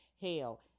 Hell